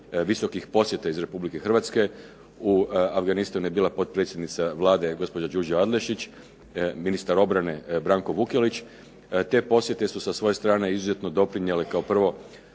visokih posjeta iz Republike Hrvatske. U Afganistanu je bila potpredsjednica Vlade gospođa Đurđa Adlešič, ministar obrane Branko Vukelić. Te posjete su sa svoje strane izuzetno doprinijele kao prvo